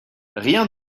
rien